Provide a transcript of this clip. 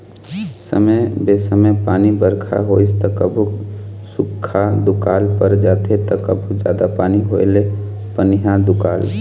समे बेसमय पानी बरखा होइस त कभू सुख्खा दुकाल पर जाथे त कभू जादा पानी होए ले पनिहा दुकाल